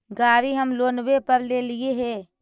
गाड़ी हम लोनवे पर लेलिऐ हे?